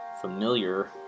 familiar